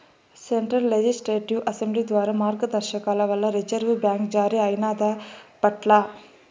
central legislative assembly ద్వారా మార్గదర్శకాల వల్ల రిజర్వు బ్యాంక్ జారీ అయినాదప్పట్ల